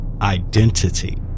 identity